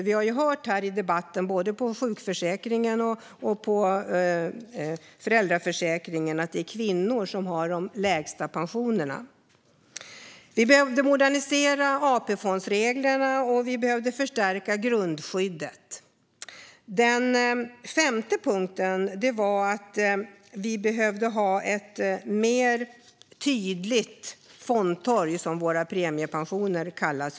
Vi har ju hört här i debatten, när det gäller både sjukförsäkringen och föräldraförsäkringen, att det är kvinnor som har de lägsta pensionerna. Den tredje punkten var att vi behöver modernisera AP-fondsreglerna och den fjärde att vi behöver förstärka grundskyddet. Den femte punkten var att vi behöver ha ett tydligare fondtorg, där fonderna för våra premiepensioner samlas.